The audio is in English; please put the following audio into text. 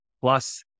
Plus